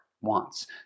wants